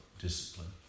discipline